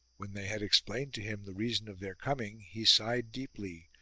when they had explained to him the reason of their coming he sighed deeply,